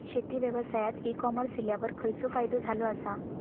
शेती व्यवसायात e commerce इल्यावर खयचो फायदो झालो आसा?